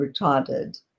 retarded